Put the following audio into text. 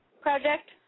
Project